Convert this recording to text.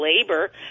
labor